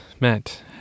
Matt